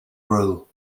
rule